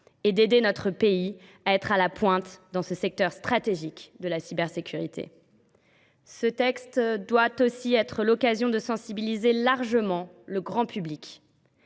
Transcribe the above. à placer notre pays à la pointe du secteur stratégique de la cybersécurité. Ce texte doit aussi être l’occasion de sensibiliser largement le grand public